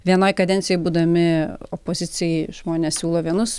vienoj kadencijoj būdami opozicijoj žmonės siūlo vienus